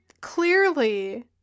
clearly